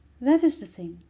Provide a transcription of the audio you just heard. that is the thing.